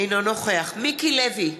אינו נוכח מיקי לוי,